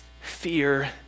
fear